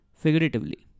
figuratively